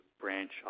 branch